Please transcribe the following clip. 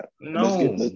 no